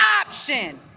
option